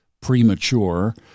premature